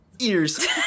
ears